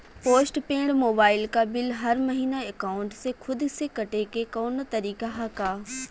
Post paid mobile क bill हर महिना एकाउंट से खुद से कटे क कौनो तरीका ह का?